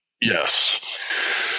Yes